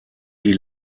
die